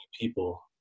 people